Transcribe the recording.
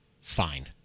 fine